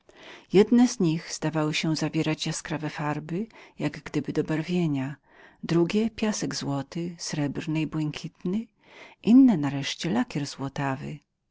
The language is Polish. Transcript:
jedne z nich zdawały się zawierać jaskrawe farby jak gdyby do barwierskiego użytku drugie piasek złoty srebrny i błękitny inne nareszcie